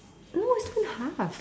no it's two and a half